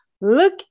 Look